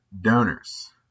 donors